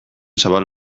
zabal